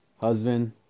husband